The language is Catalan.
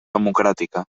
democràtica